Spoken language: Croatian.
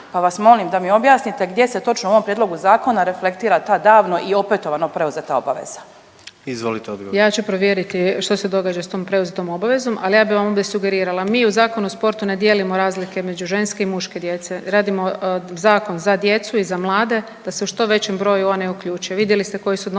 pa vas molim da mi objasnite gdje se točno u ovom prijedlogu zakona reflektira ta davno i opetovano preuzeta obaveza. **Jandroković, Gordan (HDZ)** Izvolite odgovor. **Brnjac, Nikolina (HDZ)** Ja ću provjeriti što se događa s tom preuzetom obavezom, ali ja bi vam onda sugerirala, mi u Zakonu o sportu ne dijelimo razlike među ženske i muške djece, radimo zakon za djecu i za mlade da se u što većem broju one uključe. Vidjeli smo koji su nositelji